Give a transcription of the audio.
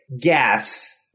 gas